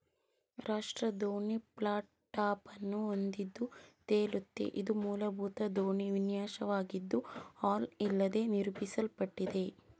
raft ದೋಣಿ flat ಟಾಪನ್ನು ಹೊಂದಿದ್ದು ತೇಲುತ್ತೆ ಇದು ಮೂಲಭೂತ ದೋಣಿ ವಿನ್ಯಾಸವಾಗಿದ್ದು ಹಲ್ ಇಲ್ಲದೇ ನಿರೂಪಿಸಲ್ಪಟ್ಟಿದೆ